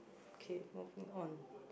okay moving on